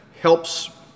helps